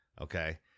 Okay